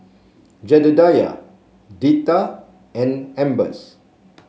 Jedediah Deetta and Ambers